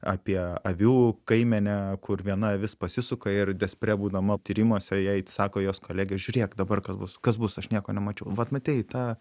apie avių kaimenę kur viena avis pasisuka ir despre būdama tyrimuose jai sako jos kolegės žiūrėk dabar kas bus kas bus aš nieko nemačiau vat matei tą